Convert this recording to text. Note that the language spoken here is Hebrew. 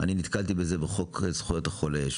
אני נתקלתי בזה בחוק זכויות החולה.